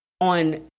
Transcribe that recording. on